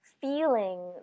feeling